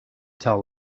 tell